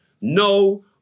no